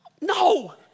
No